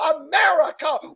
America